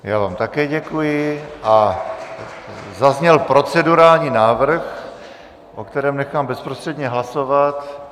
Já vám také děkuji a zazněl procedurální návrh, o kterém nechám bezprostředně hlasovat.